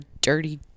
dirty